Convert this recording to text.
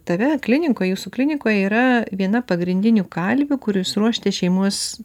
tave klinikoje jūsų klinikoje yra viena pagrindinių kalvių kur jūs ruošiate šeimos